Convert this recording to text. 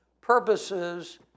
purposes